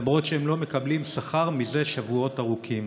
למרות שהם לא מקבלים שכר זה שבועות ארוכים.